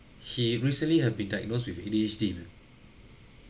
he recently have been diagnosed with A_D_H_D man